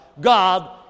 God